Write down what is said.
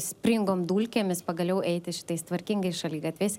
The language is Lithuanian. springom dulkėmis pagaliau eiti šitais tvarkingais šaligatviais